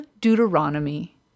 deuteronomy